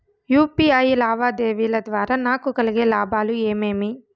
UPI లావాదేవీల ద్వారా నాకు కలిగే లాభాలు ఏమేమీ?